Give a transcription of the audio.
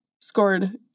scored